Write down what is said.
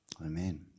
Amen